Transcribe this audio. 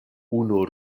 unu